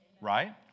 right